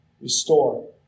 Restore